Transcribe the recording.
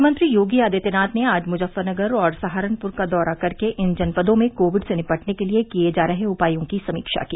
मुख्यमत्री योगी आदित्यनाथ ने आज मुजफ्फरनगर और सहारनपुर का दौरा कर के इन जनपदों में कोविड से निपटने के लिये किये जा रहे उपायों की समीक्षा की